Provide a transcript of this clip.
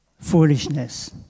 foolishness